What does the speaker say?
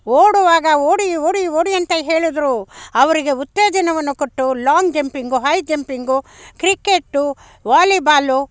ಓಡುವಾಗ ಓಡಿ ಓಡಿ ಓಡಿ ಅಂತ ಹೇಳಿದ್ರು ಅವರಿಗೆ ಉತ್ತೇಜನವನ್ನು ಕೊಟ್ಟು long jumping high jumping cricket volleyball